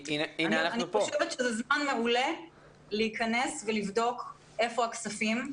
אני חושבת שזה זמן מעולה להיכנס ולבדוק היכן הכספים.